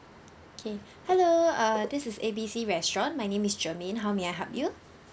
okay hello uh this is A B C restaurant my name is germane how may I help you